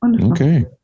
Okay